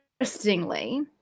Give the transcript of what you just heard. interestingly